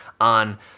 on